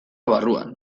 barruan